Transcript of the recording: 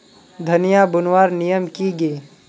धनिया बूनवार नियम की गे?